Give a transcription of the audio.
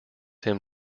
him